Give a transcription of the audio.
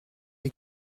les